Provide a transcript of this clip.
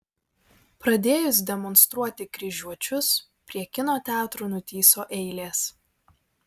pradėjus demonstruoti kryžiuočius prie kino teatrų nutįso eilės